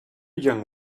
young